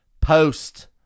post